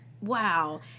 Wow